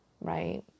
right